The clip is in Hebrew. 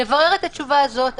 נברר את התשובה הזאת.